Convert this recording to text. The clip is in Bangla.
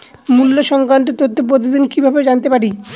মুল্য সংক্রান্ত তথ্য প্রতিদিন কিভাবে জানতে পারি?